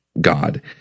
God